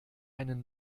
einen